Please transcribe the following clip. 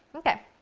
okay,